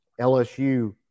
LSU